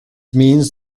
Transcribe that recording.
means